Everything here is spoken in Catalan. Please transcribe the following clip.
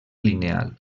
lineal